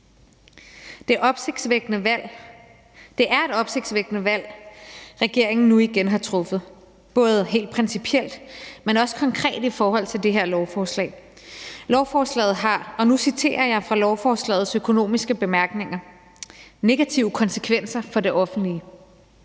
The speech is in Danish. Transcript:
Det er et opsigtsvækkende valg, regeringen nu igen har truffet, både helt principielt, men også konkret i forhold til det her lovforslag. Nu citerer jeg fra lovforslagets økonomiske bemærkninger: »Lovforslaget